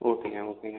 ஓகேங்க ஓகேங்க